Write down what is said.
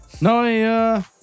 no